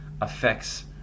affects